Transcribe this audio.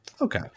Okay